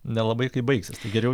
nelabai kaip baigsis geriau